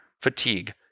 fatigue